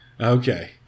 Okay